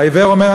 העיוור אמר,